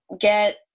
get-